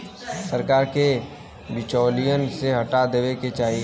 सरकार के बिचौलियन के हटा देवे क चाही